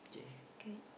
good